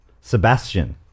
Sebastian